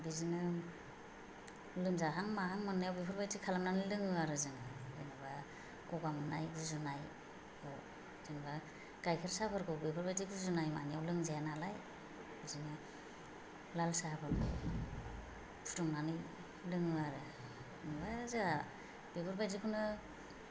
बिदिनो लोमजाहां माहां मोननायाव बेफोरबायदि खालामनानै लोंङो आरो जोंङो जेनोबा गगा मोननाय गुजुनायाव जेनोबा गाइखेर साहाफोरखौ बेफोरबायदि गुजुनाय मानायाव लोंजाया नालाय बिदिनो लाल साहाखौ फुदुंनानै लोंङो आरो आमफ्राय जोंहा बेफोर बायदिखौनो